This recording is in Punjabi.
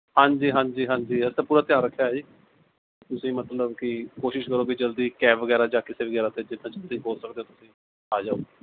ਹਾਂਜੀ ਹਾਂਜੀ ਹਾਂਜੀ ਅਸੀਂ ਤਾਂ ਪੂਰਾ ਧਿਆਨ ਰੱਖਿਆ ਜੀ ਤੁਸੀਂ ਮਤਲਬ ਕਿ ਕੋਸ਼ਿਸ਼ ਕਰੋ ਵੀ ਜਲਦੀ ਕੈਬ ਵਗੈਰਾ ਜਾਂ ਜਿੱਦਾਂ ਤੁਸੀਂ ਹੋ ਸਕਦਾ ਤੁਸੀਂ ਆ ਜਾਓ